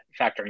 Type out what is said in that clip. factoring